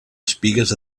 espigues